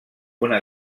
una